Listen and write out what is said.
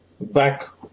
back